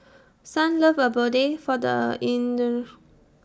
Sunlove Abode For The inner